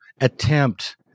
attempt